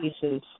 pieces